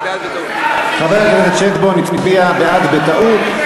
חבר הכנסת שטבון הצביע בעד בטעות,